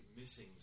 missing